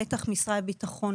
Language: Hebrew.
בטח משרד הביטחון,